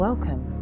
Welcome